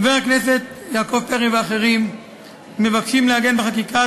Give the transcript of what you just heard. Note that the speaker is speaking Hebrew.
חבר הכנסת יעקב פרי ואחרים מבקשים לעגן בחקיקה